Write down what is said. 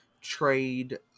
trade